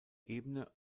ebene